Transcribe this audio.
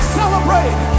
celebrate